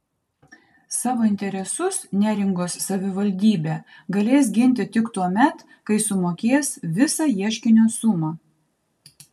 savo interesus neringos savivaldybė galės ginti tik tuomet kai sumokės visą ieškinio sumą